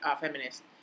feminist